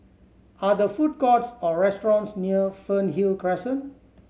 are there food courts or restaurants near Fernhill Crescent